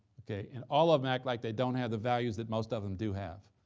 okay? and all of em act like they don't have the values that most of them do have,